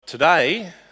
Today